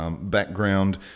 background